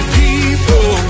people